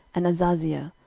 and azaziah,